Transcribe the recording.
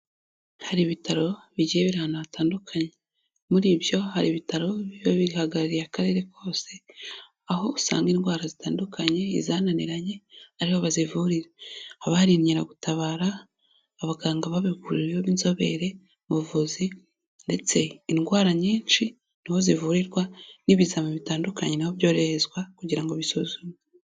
Hari ibitaro bigiye biri ahantu hatandukanye. Muri byo hari ibitaro biba bihagarariye akarere kose, aho usanga indwara zitandukanye izananiranye ari ho bazivurira. Haba inkeragutabara, abaganga babihuguriweho b'inzobere mu buvuzi ndetse indwara nyinshi ni ho zivurirwa n'ibizamini bitandukanye ni ho byoherezwa kugira ngo bisuzume.